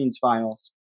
finals